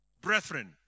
Brethren